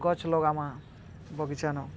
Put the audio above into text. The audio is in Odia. ଗଛ୍ ଲଗାମା ବଗିଚାନୁ